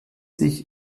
sich